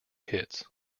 hits